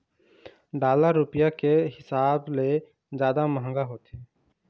dollar रुपया के हिसाब ले जादा मंहगा होथे